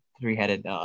three-headed